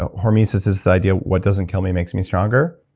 ah hormesis is this idea, what doesn't kill me makes me stronger,